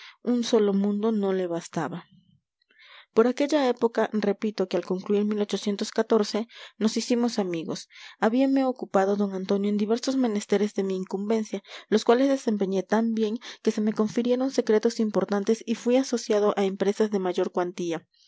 un solo mundo no le bastaba por aquella época nos hicimos amigos habíame ocupado d antonio en diversos menesteres de mi incumbencia los cuales desempeñé tan bien que se me confirieron secretos importantes y fui asociado a empresas de mayor cuantía